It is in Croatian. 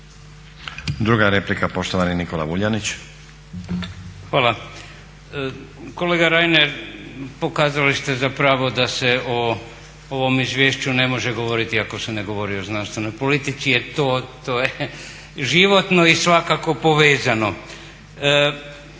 Druga replika, poštovani Nikola Vuljanić.